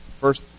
first